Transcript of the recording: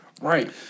right